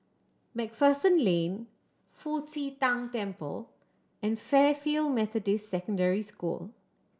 Macpherson Lane Fu Xi Tang Temple and Fairfield Methodist Secondary School